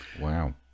Wow